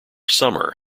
summer